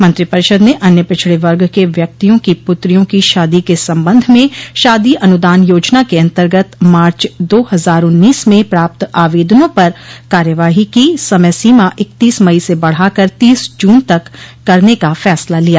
मंत्रिपरिषद ने अन्य पिछड़े वर्ग के व्यक्तियों की पुत्रियों की शादी के संबंध में शादी अनुदान योजना के अन्तर्गत मार्च दो हजार उन्नीस में प्राप्त आवेदनों पर कार्यवाही की समय सीमा इकतीस मई से बढ़ाकर तीस जून तक करने का फैसला लिया